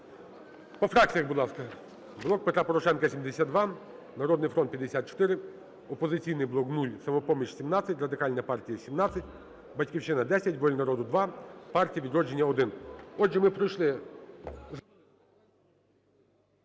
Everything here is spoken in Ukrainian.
По фракціях, будь ласка.